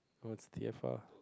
what's T F R